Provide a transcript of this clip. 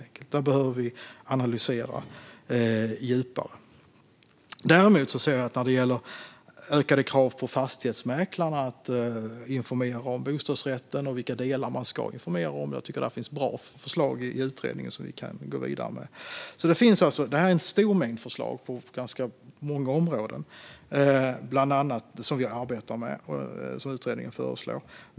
Det behöver vi analysera djupare. När det däremot gäller ökade krav på fastighetsmäklarna att informera om bostadsrätten och vilka delar man ska informera om tycker jag att det finns bra förslag i utredningen som vi kan gå vidare med. Utredningen har alltså en stor mängd förslag på ganska många områden som vi arbetar med.